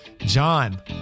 John